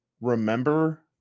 remember